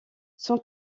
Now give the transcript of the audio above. son